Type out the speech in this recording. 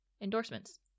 endorsements